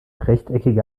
rechteckige